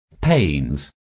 pains